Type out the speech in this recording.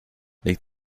legt